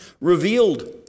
revealed